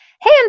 Hey